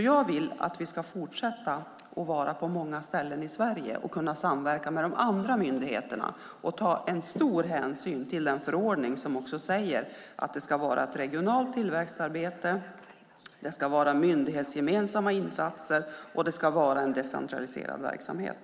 Jag vill därför att vi ska fortsätta vara på många ställen i Sverige, kunna samverka med andra myndigheter och ta en stor hänsyn till den förordning som också säger att det ska vara ett regionalt tillväxtarbete, myndighetsgemensamma insatser och en decentraliserad verksamhet.